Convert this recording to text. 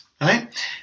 right